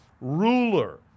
ruler